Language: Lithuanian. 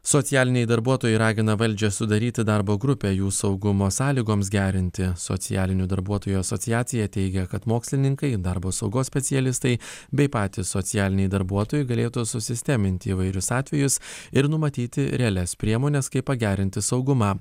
socialiniai darbuotojai ragina valdžią sudaryti darbo grupę jų saugumo sąlygoms gerinti socialinių darbuotojų asociacija teigia kad mokslininkai darbo saugos specialistai bei patys socialiniai darbuotojai galėtų susisteminti įvairius atvejus ir numatyti realias priemones kaip pagerinti saugumą